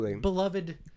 beloved